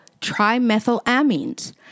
trimethylamines